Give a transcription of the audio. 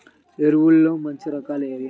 ఎరువుల్లో మంచి రకాలు ఏవి?